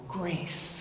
grace